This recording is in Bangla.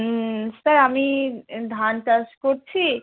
হুম স্যার আমি এ ধান চাষ করছি